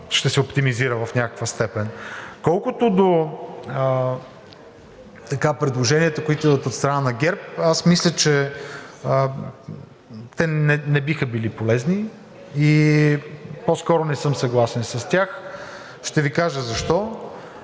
ще се оптимизира в някаква степен. Колкото до предложенията, които идват от страна на ГЕРБ, аз мисля, че те не биха били полезни и по-скоро не съм съгласен с тях. Ще Ви кажа защо: